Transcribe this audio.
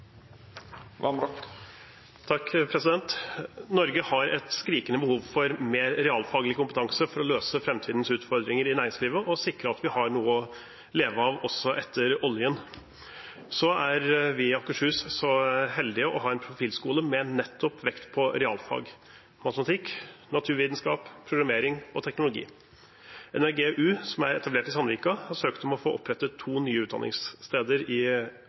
Norge har et skrikende behov for mer realfaglig kompetanse for å løse framtidens utfordringer i næringslivet og sikre at vi har noe å leve av også etter oljen. Vi i Akershus er så heldige å ha en profilskole med nettopp vekt på realfag – matematikk, naturvitenskap, programmering og teknologi. NRG-U som er etablert i Sandvika, har søkt om å få opprettet to nye utdanningssteder i